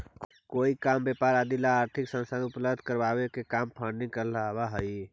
कोई काम व्यापार आदि ला आर्थिक संसाधन उपलब्ध करावे के काम फंडिंग कहलावऽ हई